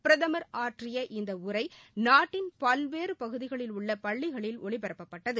பிரதமர் ஆற்றிய இந்த உரை நாட்டின் பல்வேறு பகுதிகளில் உள்ள பள்ளிகளில் ஒளிபரப்பப்பட்டது